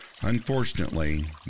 Unfortunately